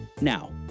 Now